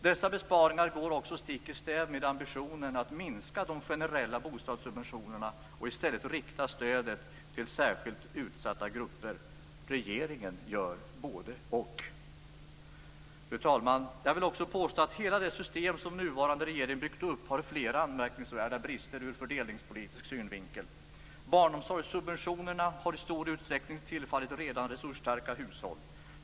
Dessa besparingar går också stick i stäv med ambitionen att minska de generella bostadssubventionerna och i stället rikta stödet till särskilt utsatta grupper. Regeringen gör både-och. Fru talman! Jag vill också påstå att hela det system som nuvarande regering byggt upp har flera anmärkningsvärda brister ur fördelningspolitisk synvinkel. Barnomsorgssubventionerna har i stor utsträckning tillfallit redan resursstarka hushåll.